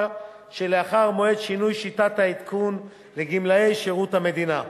שלאחר מועד שינוי שיטת העדכון לגמלאי שירות המדינה.